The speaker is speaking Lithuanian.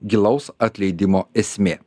gilaus atleidimo esmė